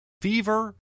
fever